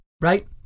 right